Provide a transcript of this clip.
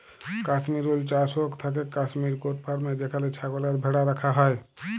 Kashmir wool চাস হৌক থাকেক কাশ্মির গোট ফার্মে যেখানে ছাগল আর ভ্যাড়া রাখা হয়